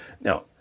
Now